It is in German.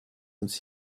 uns